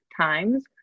times